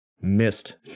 missed